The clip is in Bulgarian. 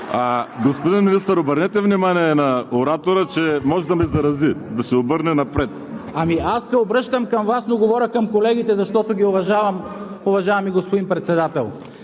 Господин Министър, обърнете внимание на оратора, че може да ме зарази – да се обърне напред. ГЕОРГИ СВИЛЕНСКИ: Аз се обръщам към Вас, но говоря към колегите, защото ги уважавам, уважавам ги, господин Председател.